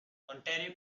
ontario